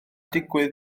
digwydd